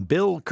Bill